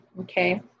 okay